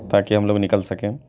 تاکہ ہم لوگ نکل سکیں